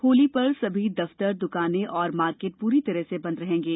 होली पर सभी दफ्तर दुकानें और मार्केट पूरी तरह से बंद रहेंगे